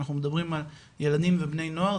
כשאנחנו מדברים על ילדים ובני נוער,